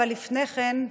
אבל לפני כן,